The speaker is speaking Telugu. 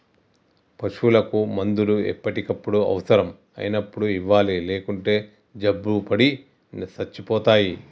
పశువులకు మందులు ఎప్పటికప్పుడు అవసరం అయినప్పుడు ఇవ్వాలి లేకుంటే జబ్బుపడి సచ్చిపోతాయి